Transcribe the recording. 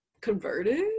converted